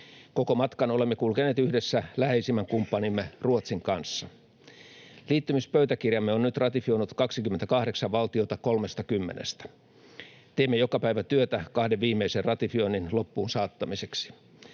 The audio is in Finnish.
Koko matkan olemme kulkeneet yhdessä läheisimmän kumppanimme Ruotsin kanssa. Liittymispöytäkirjamme on nyt ratifioinut 28 valtiota 30:stä. Teemme joka päivä työtä kahden viimeisen ratifioinnin loppuun saattamiseksi.